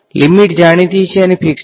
limit જાણીતી અને fix છે